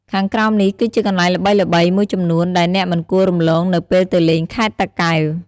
ខាងក្រោមនេះគឺជាកន្លែងល្បីៗមួយចំនួនដែលអ្នកមិនគួររំលងនៅពេលទៅលេងខេត្តតាកែវ៖